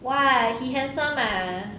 !wah! he handsome ah